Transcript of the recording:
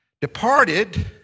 departed